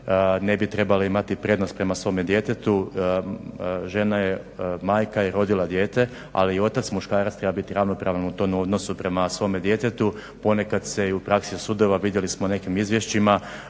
ne bi trebala imati prednost prema svome djetetu, žena je majka i rodila dijete ali i otac muškarac treba biti ravnopravan u tom odnosu prema svome djetetu. Ponekad se i u praksi sudova vidjeli smo u nekim izvješćima